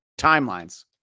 timelines